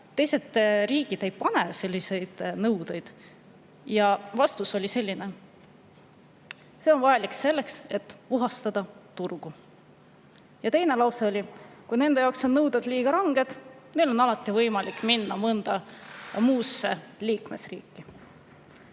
teised riigid ei pane selliseid nõudeid, siis vastus oli selline: see on vajalik selleks, et puhastada turgu. Ja teine lause oli: kui nende jaoks on nõuded liiga ranged, siis neil on alati võimalik minna mõnda teise liikmesriiki.